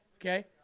Okay